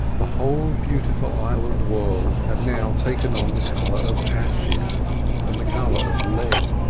the whole beautiful island world had now taken on the colour of ashes and the colour of lead.